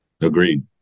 Agreed